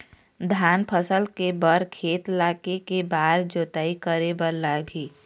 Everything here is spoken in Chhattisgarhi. धान फसल के बर खेत ला के के बार जोताई करे बर लगही?